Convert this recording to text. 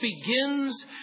begins